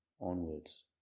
onwards